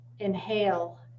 Inhale